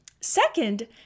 Second